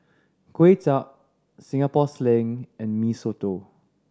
Kway Chap Singapore Sling and Mee Soto